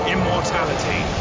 Immortality